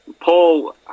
Paul